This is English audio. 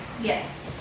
Yes